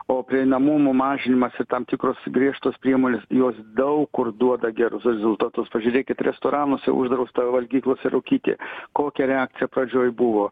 o prieinamumo mažinimas i tam tikrus griežtus priemones jos daug kur duoda gerus rezultatus pažiūrėkit restoranuose uždrausta valgyklos rūkyti kokia reakcija pradžioj buvo